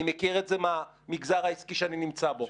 אני מכיר את זה מהמגזר העסקי שאני נמצא בו.